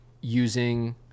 using